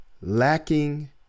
lacking